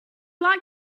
like